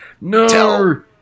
No